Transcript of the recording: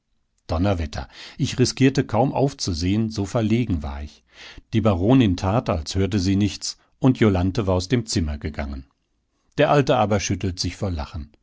donnerwetter ich riskierte kaum aufzusehen so verlegen war ich die baronin tat als hörte sie nichts und jolanthe war aus dem zimmer gegangen der alte aber schüttelt sich vor lachen